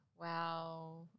wow